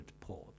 port